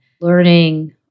learning